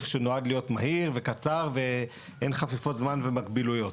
שנועד להיות מהיר וקצר ואין חפיפות זמן ומקבילויות.